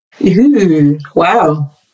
Wow